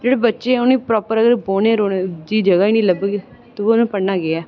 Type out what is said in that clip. जेह्ड़े बच्चे न उ'नें प्रॉपर बौह्ने दी जगह निं लब्भग दूआ उ'नें पढ़ना केह् ऐ